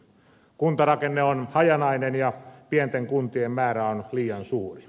kuntarakenne on hajanainen ja pienten kuntien määrä on liian suuri